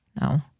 no